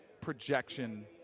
projection